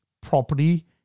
property